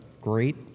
great